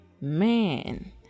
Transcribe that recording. Man